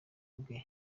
bwe